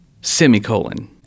semicolon